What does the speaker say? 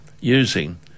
using